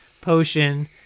potion